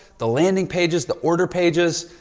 the landing pages, the order pages,